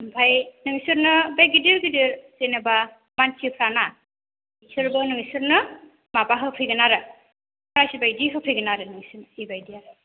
आमफ्राय नोंसोरनो बे गिदिर गिदिर जेनेबा मानसिफ्राना बिसोरबो नोंसोरनो माबा होफैगोन आरो प्राइस बायदि होफैगोन आरो नोंसोरनो बेबायदि आरो